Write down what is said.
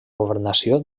governació